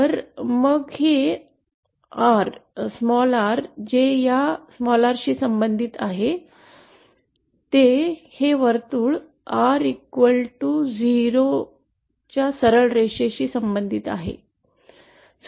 तर मग हे आर जे या R शी संबंधित आहे ते हे वर्तुळ R 0 सरळ रेषेशी संबंधित आहे